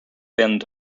bent